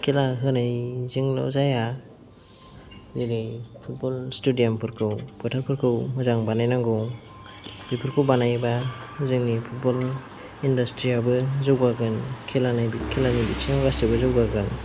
खेला होनायजोंल' जाया जेरै फुटबल स्टेडियामफोरखौ फोथारफोरखौ मोजां बानायनांगौ बेफोरखौ बानायोब्ला जोंनि फुटबल इन्डास्ट्रियाबो जौगागोन खेलानि बिथिङाव गासैबो जौगागोन